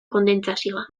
kondentsazioa